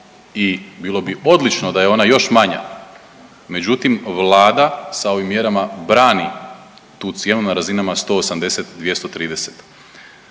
i bilo bi odlično da je ona još manja, međutim Vlada sa ovim mjerama brani tu cijenu na razinama 180, 230.